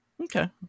okay